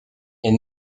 est